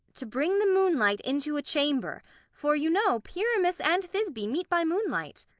to bring the moonlight into a chamber for, you know, pyramus and thisby meet by moonlight.